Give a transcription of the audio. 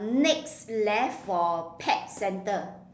next left of pet centre